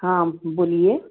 हाँ बोलिए